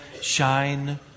shine